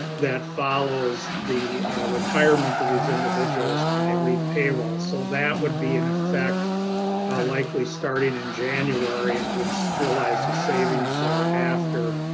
that follows the retirement of these individuals and they leave payroll. so that would be an effect likely starting in january and we would so realize the savings there after.